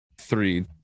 three